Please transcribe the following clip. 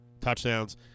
touchdowns